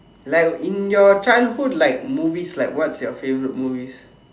like in your childhood like movies like what is your favourite movies